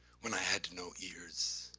when i had no ears,